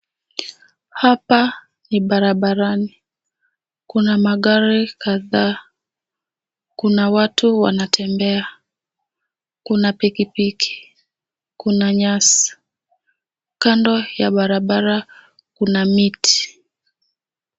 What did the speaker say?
Hapa ni barabarani. Kuna magari kadhaa. Kuna watu wanatembea. Kuna pikipiki. Kuna nyasi. Kando ya barabara kuna miti.